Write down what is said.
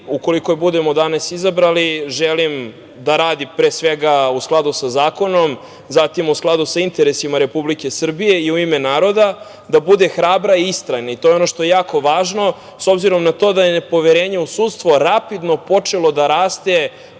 ukoliko je budemo danas izabrali, želim da radi pre svega u skladu sa zakonom, zatim u skladu sa interesima Republike Srbije i u ime naroda, da bude hrabra i istrajna, i to je ono što je jako važno, s obzirom na to da je poverenje u sudstvo rapidno počelo da raste